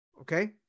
okay